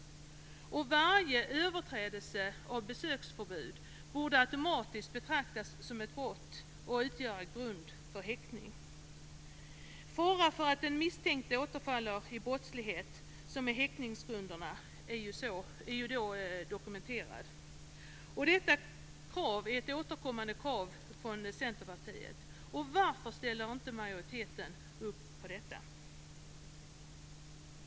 Varje överträdelse av besöksförbud borde automatiskt betraktas som ett brott och utgöra grund för häktning. Fara för att den misstänkte återfaller i brottslighet som är häktningsgrund är ju då dokumenterad. Detta är ett återkommande krav från Centerpartiet. Varför ställer inte majoriteten upp på detta?